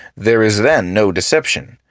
there is then no deception.